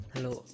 Hello